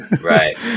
Right